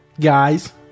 guys